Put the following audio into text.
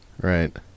Right